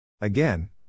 Again